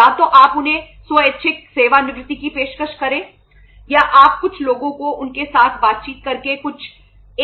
या तो आप उन्हें स्वैच्छिक सेवानिवृत्ति की पेशकश करें या आप कुछ लोगों को उनके साथ बातचीत करके कुछ